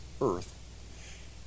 earth